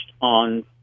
on